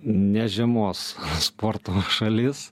ne žiemos sporto šalis